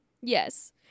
Yes